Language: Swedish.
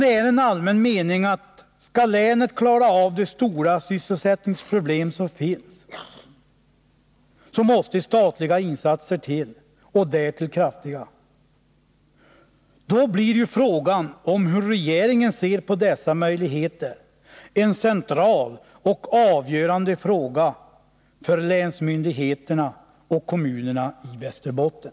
Det är väl en allmän mening att det för att länet skall kunna klara de stora sysselsättningsproblem som finns måste göras statliga insatser, och därtill kraftiga sådana, och spörsmålet om hur regeringen ser på dessa möjligheter är en central och avgörande fråga för länsmyndigheterna och kommunerna i Västerbotten.